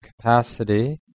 capacity